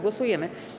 Głosujemy.